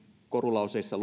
korulauseissa